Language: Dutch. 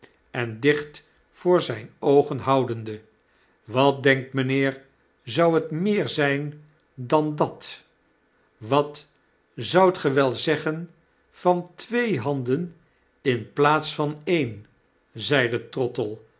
en dicht voor zyne oogen houdende wat denkt mynheer zou net meer zyn dan dat wat zoudt ge wel zeggen van twee handen in plaats van een zeide